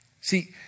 See